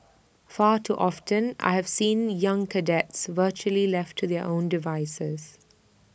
far too often I have seen young cadets virtually left to their own devices